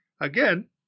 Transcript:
again